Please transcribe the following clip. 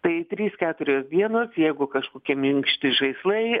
tai trys keturios dienos jeigu kažkokie minkšti žaislai